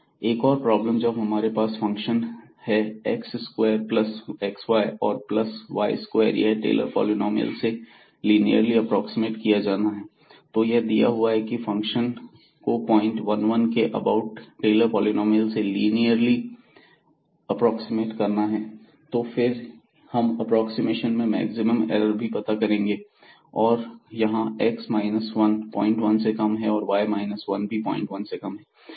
एक और प्रॉब्लम जब हमारे पास फंक्शन है x स्क्वायर प्लस xy और प्लस y स्क्वायर यह टेलर पॉलिनॉमियल से लीनियरली एप्रोक्सीमेट किया जाना है तो यह दिया हुआ है की फंक्शन को पॉइंट 1 1 के अबाउट ्स टेलर पॉलिनॉमियल से लिनियली अप्रॉक्सिमेट्स करना है और फिर हम एप्रोक्सीमेशन में मैक्सिमम अरर भी पता करेंगे यहां x माइनस वन 01 से कम है और y 1 भी 01 से कम है